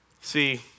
See